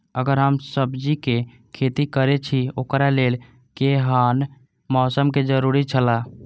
अगर हम सब्जीके खेती करे छि ओकरा लेल के हन मौसम के जरुरी छला?